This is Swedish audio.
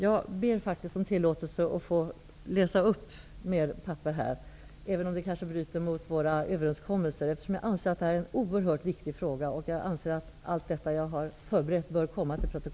Jag ber faktiskt om tillåtelse att få fortsätta mitt inlägg ytterligare, även om det kanske bryter mot våra överenskommelser. Jag anser att det här är en oerhört viktig fråga och att allt det jag har förberett bör komma till protokollet.